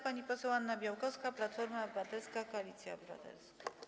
Pani poseł Anna Białkowska, Platforma Obywatelska - Koalicja Obywatelska.